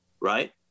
right